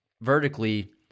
vertically